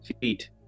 feet